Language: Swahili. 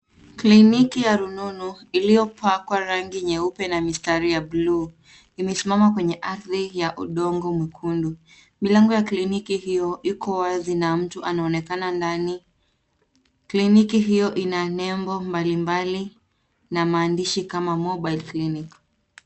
Kliniki ya rununu iliyopakwa rangi nyeupe na mistari ya bluu imesimama kwenye ardhi ya udongo mwekundu. Milango ya kliniki hiyo iko wazi na mtu anaonekana ndani. Kliniki hiyo ina nembo mbalimbali na maandishi kama mobile clinic .